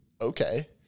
Okay